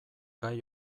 gai